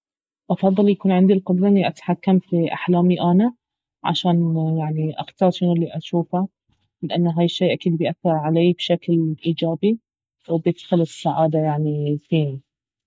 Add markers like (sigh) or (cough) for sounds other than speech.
افضل يكون عندي القدرة اني اتحكم في احلامي انا عشان يعني اختار شنو الي اجوفه لان هاي الشي اكيد بيأثر علي بشكل إيجابي وبيدخل السعادة (noise) يعني فيني